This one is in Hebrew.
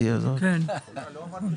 הבקשה שלכם?